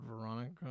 Veronica